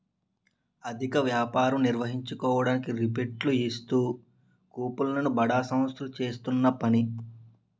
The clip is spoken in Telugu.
అధిక వ్యాపారం నిర్వహించుకోవడానికి రిబేట్లు ఇస్తూ కూపన్లు ను బడా సంస్థలు చేస్తున్న పని